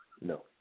no